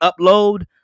upload